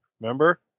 Remember